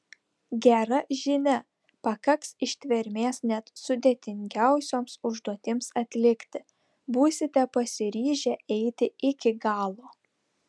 gera žinia pakaks ištvermės net sudėtingiausioms užduotims atlikti būsite pasiryžę eiti iki galo